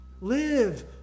Live